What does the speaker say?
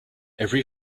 every